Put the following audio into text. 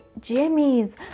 Jimmy's